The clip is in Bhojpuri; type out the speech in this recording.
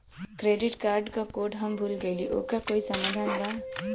क्रेडिट कार्ड क कोड हम भूल गइली ओकर कोई समाधान बा?